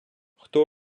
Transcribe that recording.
хто